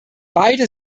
beide